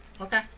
Okay